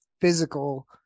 physical